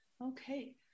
Okay